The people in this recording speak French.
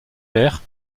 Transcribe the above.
verts